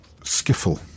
Skiffle